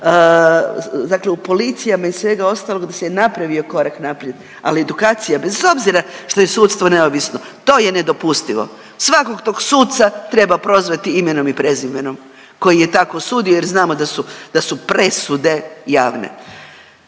u policijama i svega ostalog da se napravio korak naprijed, ali edukacija bez obzira što je sudstvo neovisno to je nedopustivo. Svakog tog suca treba prozvati imenom i prezimenom koji je tako osudio, jer znamo da su presude javne.